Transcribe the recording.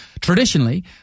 traditionally